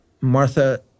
Martha